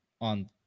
on